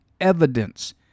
evidence